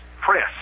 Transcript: press